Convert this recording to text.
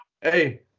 hey